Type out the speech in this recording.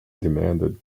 demanded